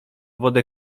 wodę